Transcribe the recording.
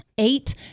Eight